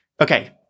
Okay